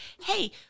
hey